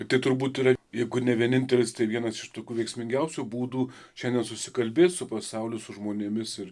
tai turbūt yra jeigu ne vienintelis tai vienas iš tokių veiksmingiausių būdų šiandien susikalbėt su pasauliu su žmonėmis ir